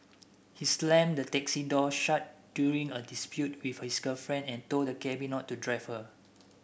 he slammed the taxi door shut during a dispute with his girlfriend and told the cabby not to drive her